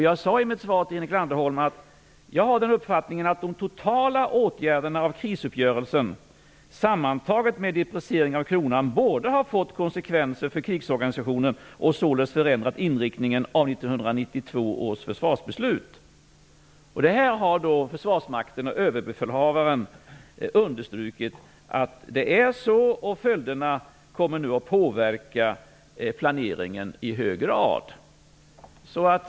Jag sade i mitt svar till Henrik Landerholm att jag har den uppfattningen att de totala åtgärderna från krisuppgörelsen sammantaget med depricieringen av kronan både har fått konsekvenser för krigsorganisationen och förändrat inriktningen av 1992 års försvarsbeslut. Försvarsmakten och Överbefälhavaren har understrukit att det är så. Följderna kommer att påverka planeringen i hög grad.